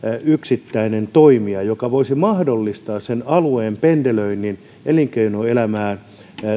yksittäinen toimija joka voisi paljon paremmin mahdollistaa sen alueen pendelöinnin elinkeinoelämää